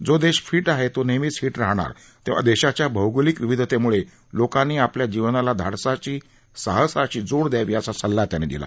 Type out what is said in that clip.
जो देश फिट आहे तो नेहमीच हिट राहणार तेव्हा देशाच्या भौगोलिक विविधतेमुळे लोकांनी आपल्या जीवनाला धाडसाची साहसाची जोड द्यावी असा सल्ला त्यांनी दिला